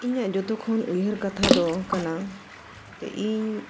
ᱤᱧᱟᱹᱜ ᱡᱷᱚᱛᱚ ᱠᱷᱚᱱ ᱩᱭᱦᱟᱹᱨ ᱠᱟᱛᱷᱟ ᱫᱚ ᱠᱟᱱᱟ ᱡᱮ ᱤᱧ